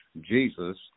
Jesus